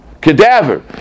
cadaver